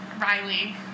Riley